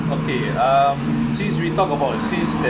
okay um since we talked about since then